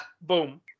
boom